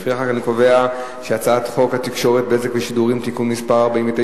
לפיכך אני קובע שהצעת חוק התקשורת (בזק ושידורים) (תיקון מס' 49),